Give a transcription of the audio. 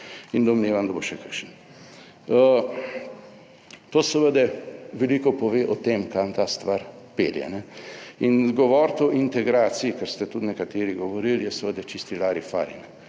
in domnevam, da bo še kakšen. To seveda veliko pove o tem, kam ta stvar pelje. Govoriti o integraciji, kar ste tudi nekateri govorili, je seveda čisti lari fari.